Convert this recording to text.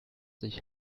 sich